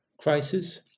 crisis